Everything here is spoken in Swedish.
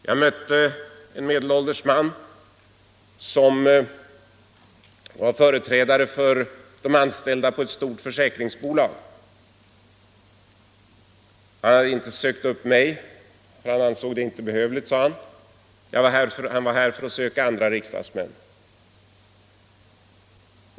Jag mötte en medelålders man som var företrädare för de anställda på ett stort försäkringsbolag. Han hade inte sökt upp mig, för han ansåg det inte behövligt, sade han. Han var här för att söka andra riksdagsmän.